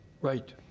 Right